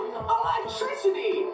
electricity